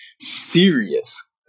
serious